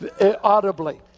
audibly